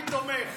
אני תומך.